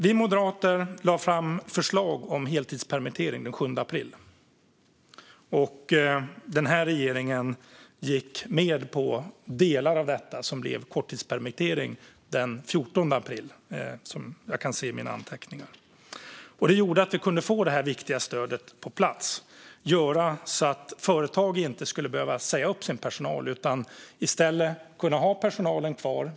Vi moderater lade den 7 april fram förslag om heltidspermittering, och regeringen gick med på delar av detta som blev korttidspermittering den 14 april, som jag kan se i mina anteckningar. Det gjorde att vi kunde få detta viktiga stöd på plats, så att företag inte skulle behöva säga upp sin personal utan i stället kunna ha personalen kvar.